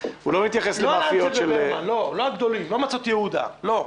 לא הגדולים, של קהילות פרטיות.